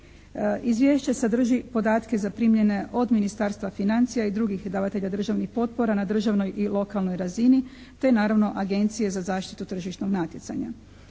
Izvješće sadrži podatke zaprimljene od Ministarstva financija i drugih davatelja državnih potpora na državnoj i lokalnoj razini te naravno Agencije za zaštitu tržišnog natjecanja.